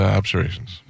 observations